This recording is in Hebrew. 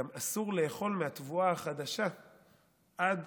גם אסור לאכול מהתבואה החדשה עד